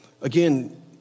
again